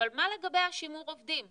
אבל מה לגבי שימור עובדים?